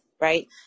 Right